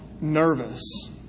nervous